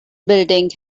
building